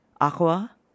Aqua